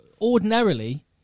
ordinarily